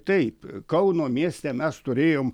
taip kauno mieste mes turėjom